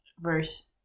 verse